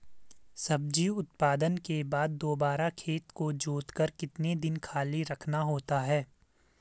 सब्जी उत्पादन के बाद दोबारा खेत को जोतकर कितने दिन खाली रखना होता है?